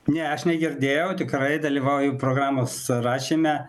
ne aš negirdėjau tikrai dalyvauju programos surašyme